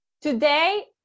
today